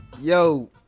yo